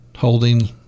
holding